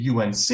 UNC